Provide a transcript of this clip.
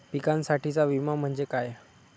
पिकांसाठीचा विमा म्हणजे काय?